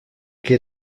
que